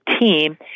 team